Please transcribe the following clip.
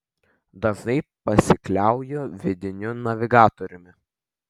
dažnai pasikliauju vidiniu navigatoriumi